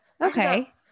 okay